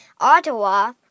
Ottawa